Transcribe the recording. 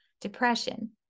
depression